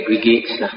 aggregates